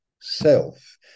self